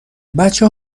بچه